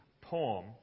poem